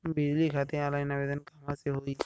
बिजली खातिर ऑनलाइन आवेदन कहवा से होयी?